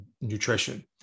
nutrition